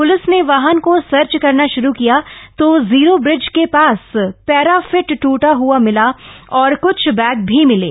police ने वाहन क सर्च करना श्रू किया त जीर ब्रिज के पास प्रग्नफिट टूटा हआ मिला और क्छ बण्ड भी मिले